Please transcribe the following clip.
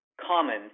common